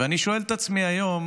ואני שואל את עצמי היום